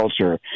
culture